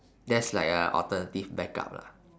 that's like a alternative backup lah